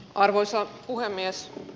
arvoisa puhemies